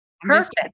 perfect